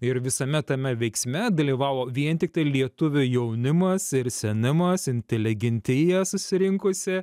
ir visame tame veiksme dalyvavo vien tiktai lietuvių jaunimas ir senimas inteligentija susirinkusi